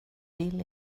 vill